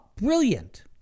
brilliant